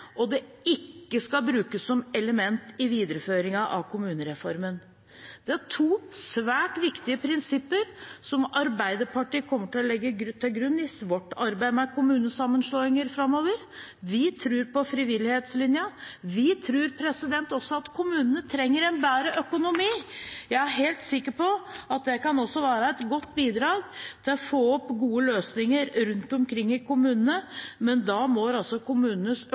at det ikke skal brukes som element i videreføringen av kommunereformen. Det er to svært viktige prinsipper som Arbeiderpartiet kommer til å legge til grunn i vårt arbeid med kommunesammenslåinger framover. Vi tror på frivillighetslinjen. Vi tror også at kommunene trenger en bedre økonomi. Jeg er helt sikker på at det også kan være et godt bidrag til å få fram gode løsninger rundt omkring i kommunene, men da må